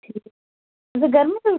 तुसें गर्म सूट पाना